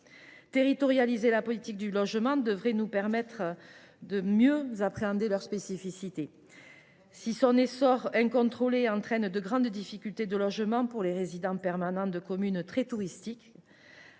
territorialiser la politique du logement devrait ainsi nous permettre de mieux appréhender ces spécificités. Si l’essor incontrôlé de ce type de locations entraîne de grandes difficultés de logement pour les résidents permanents de communes très touristiques,